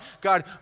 God